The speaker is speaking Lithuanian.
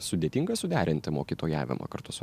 sudėtinga suderinti mokytojavimą kartu su